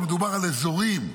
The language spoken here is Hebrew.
כשמדובר על אזורים,